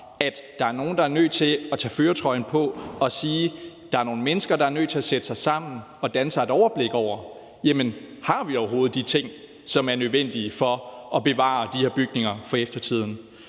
at der er nogen, der er nødt til at tage førertrøjen på og sige, at der er nogle mennesker, der er nødt til at sætte sig sammen og danne sig et overblik over, om vi overhovedet har de ting, som er nødvendige for at bevare de her bygninger for eftertiden.